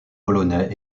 polonais